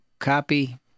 copy